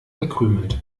verkrümelt